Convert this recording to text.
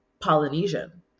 Polynesian